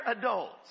adults